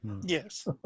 Yes